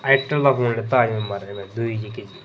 itel दा phone लैता म्हाराज दूई में जेह्की